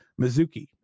Mizuki